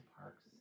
parks